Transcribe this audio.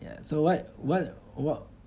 ya so what what what